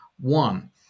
One